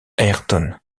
ayrton